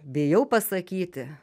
bijau pasakyti